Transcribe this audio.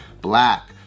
black